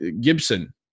Gibson